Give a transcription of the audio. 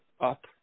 up